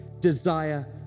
desire